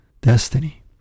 destiny